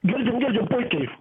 girdim girdim puikiai